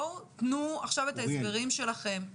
בואו, תנו עכשיו את ההסברים שלכם.